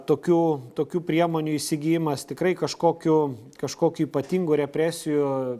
tokių tokių priemonių įsigijimas tikrai kažkokių kažkokių ypatingų represijų